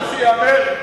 צריך שייאמר,